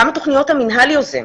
כמה תוכניות המינהל יוזם?